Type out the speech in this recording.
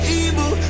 evil